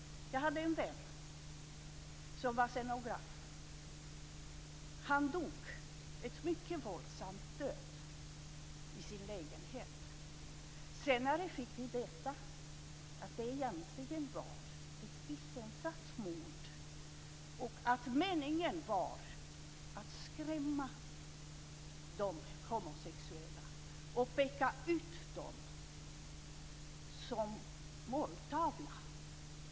Jag hade en vän som var scenograf. Han dog en mycket våldsam död i sin lägenhet. Senare fick vi veta att det egentligen var ett iscensatt mord och att meningen var att skrämma de homosexuella och peka ut dem som måltavla.